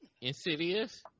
insidious